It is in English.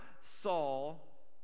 Saul